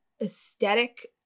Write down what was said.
aesthetic